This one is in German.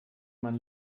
man